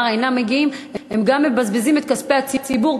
אינם מגיעים הם גם מבזבזים את כספי הציבור,